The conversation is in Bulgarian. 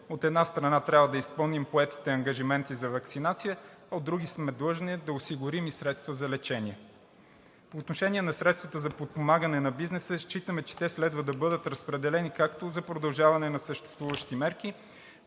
От една страна, трябва да изпълним поетите ангажименти за ваксинация, а от друга, сме длъжни да осигурим и средства за лечение. По отношение на средствата за подпомагане на бизнеса считаме, че те следва да бъдат разпределени както за продължаване на съществуващите мерки,